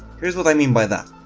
here's what i mean by that